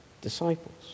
disciples